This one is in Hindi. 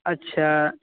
अच्छा